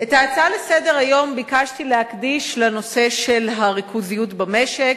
את ההצעה לסדר-היום ביקשתי להקדיש לנושא של הריכוזיות במשק.